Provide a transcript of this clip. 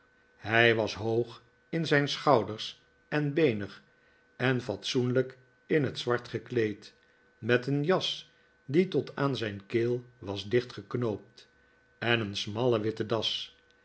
hij was hoog in zijn schouders en beenig en fatsoenlijk in het zwart gekleed met een jas die tot aan zijn keel was dichtgeknoopt en een smalle witte das